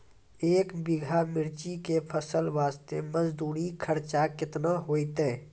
एक बीघा मिर्ची के फसल वास्ते मजदूरी खर्चा केतना होइते?